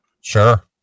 Sure